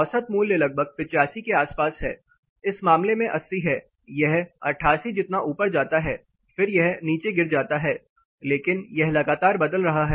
औसत मूल्य लगभग 85 के आसपास है इस मामले में 80 है यह 88 जितना ऊपर जाता है फिर यह नीचे गिर जाता है लेकिन यह लगातार बदल रहा है